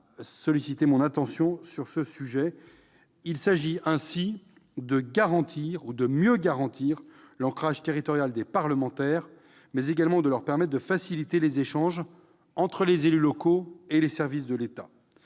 ont attiré mon attention sur le sujet. Il s'agit de mieux garantir l'ancrage territorial des parlementaires, mais également de leur permettre de faciliter les échanges entre les élus locaux et les services de l'État.